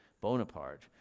Bonaparte